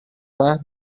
pas